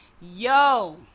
yo